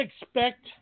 expect –